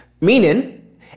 Meaning